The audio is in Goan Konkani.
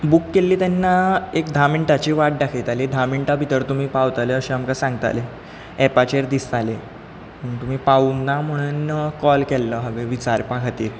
बूक केल्ली तेन्ना एक धा मिणटाची वाट दाखयताली धा मिणटां भितर तुमी पावतले अशें आमकां सांगताले ऍपाचेर दिसतालें तुमी पावूंक ना म्हणून कॉल केल्लो हांवें विचारपा खातीर